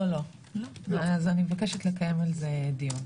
לא, לא, אז אני מבקשת לקיים על זה דיון.